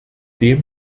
dem